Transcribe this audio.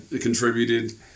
contributed